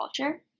culture